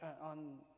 on